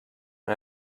and